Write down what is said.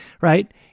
Right